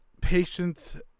patience